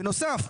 בנוסף,